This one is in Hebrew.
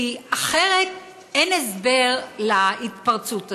כי אחרת אין הסבר להתפרצות הזאת.